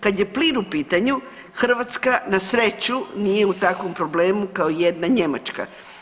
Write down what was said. Kad je plin u pitanju Hrvatska nasreću nije u takvom problemu kao jedna Njemačka.